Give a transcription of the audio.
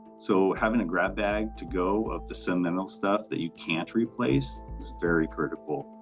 so having a grab bag to go of the sentimental stuff that you can't replace is very critical.